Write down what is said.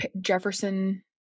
Jefferson